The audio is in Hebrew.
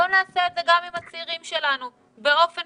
בואו נעשה את זה גם עם הצעירים שלנו באופן